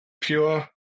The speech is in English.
pure